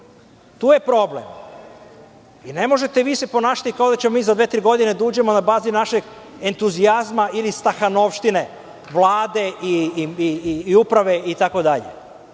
Tu je problem. Ne možete se vi ponašati kao da ćemo mi za dve, tri godine da uđemo na bazi našeg entuzijazma ili stahanovštine Vlade i uprave itd. Tu je